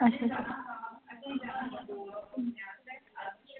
अच्छा अच्छा